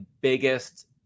biggest